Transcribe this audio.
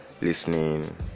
listening